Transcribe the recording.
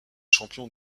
champion